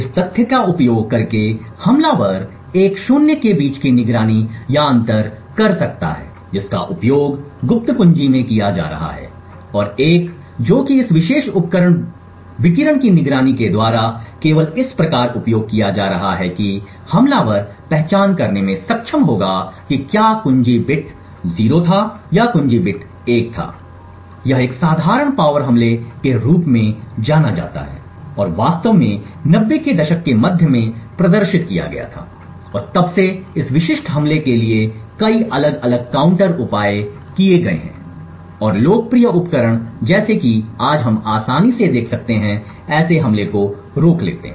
इस तथ्य का उपयोग करके हमलावर एक शून्य के बीच की निगरानी या अंतर कर सकता है जिसका उपयोग गुप्त कुंजी में किया जा रहा है और 1 जो कि इस विशेष उपकरण विकिरण की निगरानी के द्वारा केवल इस प्रकार उपयोग किया जा रहा है कि हमलावर पहचान करने में सक्षम होगा कि क्या कुंजी बिट 0 था या कुंजी बिट 1 है यह एक साधारण पावर हमले के रूप में जाना जाता है और वास्तव में 90 के दशक के मध्य में प्रदर्शित किया गया था और तब से इस विशिष्ट हमले के लिए कई अलग अलग काउंटर उपाय किए गए हैं और लोकप्रिय उपकरण जैसे कि आज हम आसानी से देख सकते हैं ऐसे हमले को रोकें